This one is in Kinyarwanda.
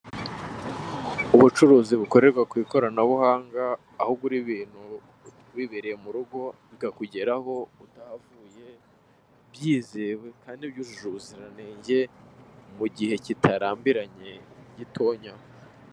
Ubucuruzi bukorerwa ku ikoranabuhanga, aho ugura ibintu wibereye mu rugo bikakugeraho utahavuye byizewe kandi byujuje ubuziranenge mu gihe kitarambiranye gitonya.